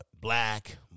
black